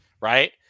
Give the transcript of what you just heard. right